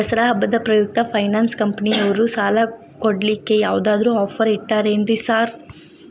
ದಸರಾ ಹಬ್ಬದ ಪ್ರಯುಕ್ತ ಫೈನಾನ್ಸ್ ಕಂಪನಿಯವ್ರು ಸಾಲ ಕೊಡ್ಲಿಕ್ಕೆ ಯಾವದಾದ್ರು ಆಫರ್ ಇಟ್ಟಾರೆನ್ರಿ ಸಾರ್?